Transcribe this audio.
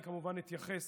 ואני כמובן אתייחס